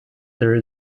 there